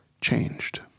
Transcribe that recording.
changed